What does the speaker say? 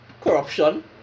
corruption